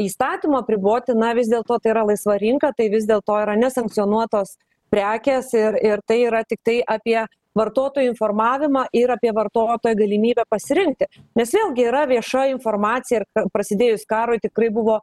įstatymu apriboti na vis dėlto tai yra laisva rinka tai vis dėlto yra nesankcionuotos prekės ir ir tai yra tiktai apie vartotojo informavimą ir apie vartotojo galimybę pasirinkti nes vėlgi yra vieša informacija ir prasidėjus karui tikrai buvo